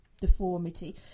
deformity